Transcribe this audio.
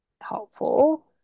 helpful